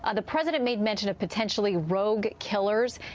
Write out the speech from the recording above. ah the president made mention of potentially rogue killers.